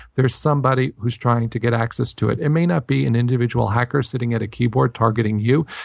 there's somebody who's trying to get access to it. it may not be an individual hacker, sitting at a keyboard, targeting you.